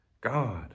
God